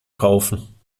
kaufen